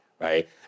right